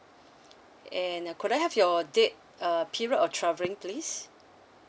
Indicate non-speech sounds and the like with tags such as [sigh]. [breath] and uh could I have your date uh period of traveling please